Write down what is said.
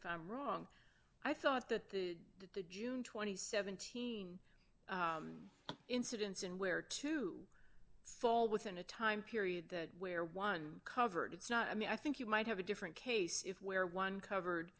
if i'm wrong i thought that the that the june two thousand and seventeen incidents and where to fall within a time period where one covered it's not i mean i think you might have a different case if where one covered